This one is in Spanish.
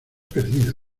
perdido